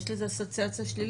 יש לזה אסוציאציה שלילית,